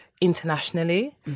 internationally